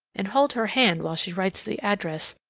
and hold her hand while she writes the address.